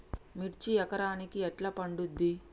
మిర్చి ఎకరానికి ఎట్లా పండుద్ధి?